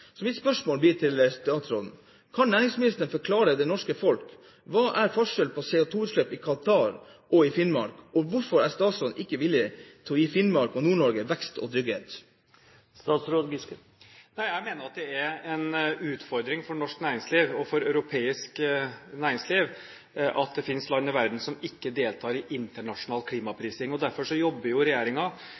Så mitt spørsmål til statsråden blir om næringsministeren kan forklare det norske folk: Hva er forskjellen på CO2-utslipp i Qatar og CO2-utslipp i Finnmark? Hvorfor er ikke statsråden villig til å gi Finnmark og Nord-Norge vekst og trygghet? Jeg mener at det er en utfordring for norsk næringsliv og for europeisk næringsliv at det finnes land i verden som ikke deltar i internasjonal klimaprising. Derfor jobber